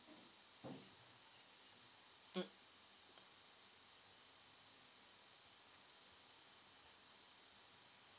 mm